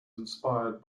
inspired